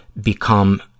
become